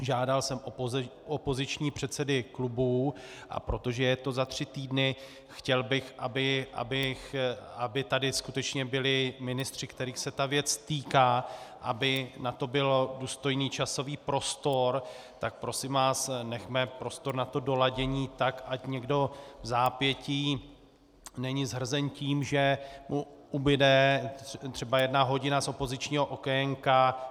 Žádal jsem opoziční předsedy klubů, a protože je to za tři týdny, chtěl bych, aby tady skutečně byli ministři, kterých se ta věc týká, aby na to byl důstojný časový prostor, tak prosím vás, nechme prostor na doladění tak, ať někdo vzápětí není zhrzen tím, že mu ubude třeba jedna hodina z opozičního okénka.